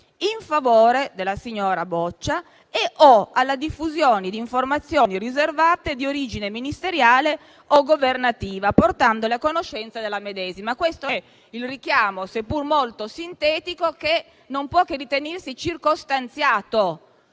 in favore della signora Boccia e/o alla diffusione di informazioni riservate di origine ministeriale o governativa portandole a conoscenza della medesima. Questo è il richiamo all'esposto, seppur molto sintetico, ma che non può che ritenersi circostanziato,